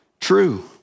true